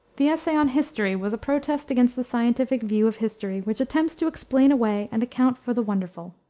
the essay on history was a protest against the scientific view of history which attempts to explain away and account for the wonderful.